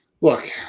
Look